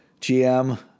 GM